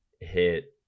hit